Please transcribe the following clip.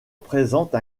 présente